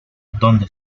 dónde